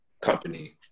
company